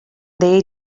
they